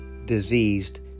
Diseased